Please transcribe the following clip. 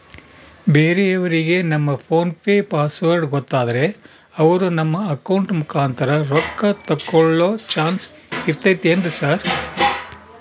ಬೇರೆಯವರಿಗೆ ನಮ್ಮ PhonePe password ಗೊತ್ತಾದ್ರೆ ಅವರು ನಮ್ಮ ಅಕೌಂಟ್ ಮುಖಾಂತರ ರೊಕ್ಕ ತಕ್ಕೊಳ್ಳೋ ಚಾನ್ಸ್ ಇರ್ತದೆನ್ರಿ ಸರ್?